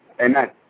Amen